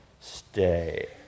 Stay